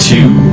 Two